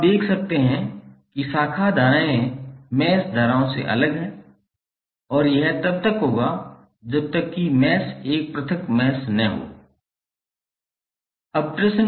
अब आप देख सकते हैं कि शाखा धाराएं मैश धाराओं से अलग हैं और यह तब तक होगा जब तक कि मैश एक पृथक मैश न हो